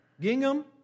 Gingham